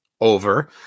over